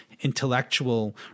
intellectual